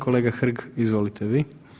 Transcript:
Kolega Hrg, izvolite vi.